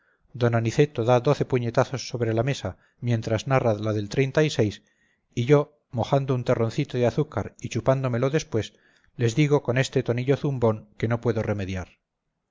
d aniceto da doce puñetazos sobre la mesa mientras narra la del y yo mojando un terroncito de azúcar y chupándomelo después les digo con este tonillo zumbón que no puedo remediar